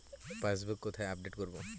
Passbook কোথায় update করব?